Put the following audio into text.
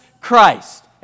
Christ